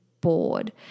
bored